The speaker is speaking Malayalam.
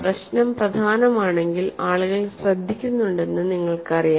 പ്രശ്നം പ്രധാനമാണെങ്കിൽ ആളുകൾ ശ്രദ്ധിക്കുന്നുണ്ടെന്ന് നിങ്ങൾക്കറിയാം